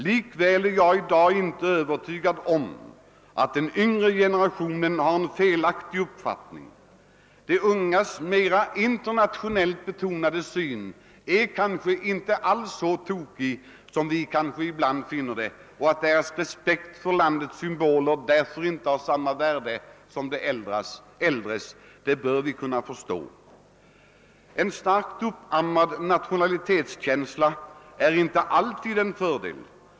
Likväl är jag inte övertygad om att den yngre generationens uppfattning är felaktig. De ungas mer internationellt betonade syn är kanske inte alls så diskutabel som vi ibland finner den. Deras respekt för landets symboler kanske därför inte är lika stark som de äldres. Det bör vi kunna förstå. En starkt uppammad nationalitetskänsla är inte alltid till fördel.